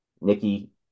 Nikki